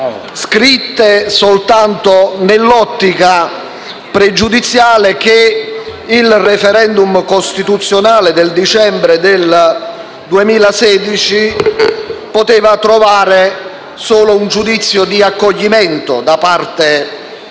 scritte soltanto nell'ottica pregiudiziale che il *referendum* costituzionale del dicembre del 2016 poteva trovare solo un giudizio di accoglimento da parte del